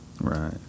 Right